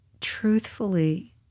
truthfully